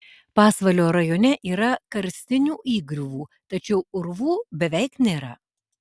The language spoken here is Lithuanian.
pasvalio rajone yra karstinių įgriuvų tačiau urvų beveik nėra